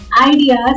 ideas